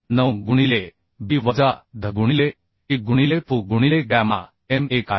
9 गुणिले B वजा dh गुणिले T गुणिले Fu गुणिले गॅमा m1 आहे